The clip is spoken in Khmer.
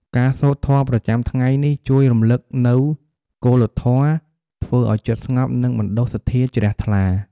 ការសូត្រធម៌ប្រចាំថ្ងៃនេះជួយរំឭកនូវគោលធម៌ ធ្វើឱ្យចិត្តស្ងប់ និងបណ្ដុះសទ្ធាជ្រះថ្លា។